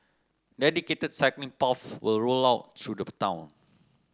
dedicated cycling paths will rolled out through the town